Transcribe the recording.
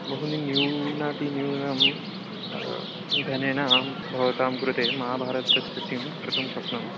बहूनि न्यूनातिन्यूनं धनेन भवतां कृते महाभारतस्य थीम् कर्तुम् शक्नोमि